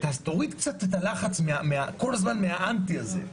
אז תוריד קצת את הלחץ, כל הזמן, מהאנטי הזה.